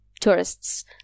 tourists